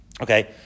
Okay